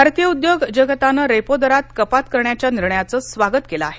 भारतीय उद्योग जगतानं रेपो दरात कपात करण्याच्या निर्णयाचं स्वागत केलं आहे